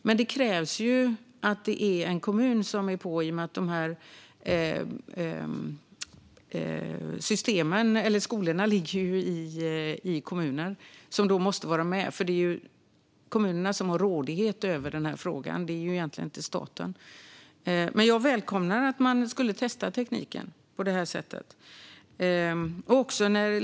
Men det krävs att det finns en kommun som är med på detta, för skolorna ligger ju i kommuner, och det är kommunerna som har rådighet över frågan. Det är egentligen inte staten. Men jag välkomnar att man skulle testa tekniken på det här sättet.